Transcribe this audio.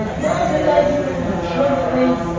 now, today, people are in short sleeves,